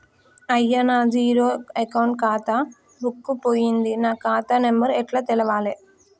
అయ్యా నా zero account ఖాతా బుక్కు పోయింది నా ఖాతా నెంబరు ఎట్ల తెలవాలే?